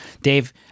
Dave